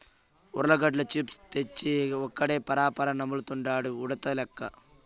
ఉర్లగడ్డ చిప్స్ తెచ్చి ఒక్కడే పరపరా నములుతండాడు ఉడతలెక్క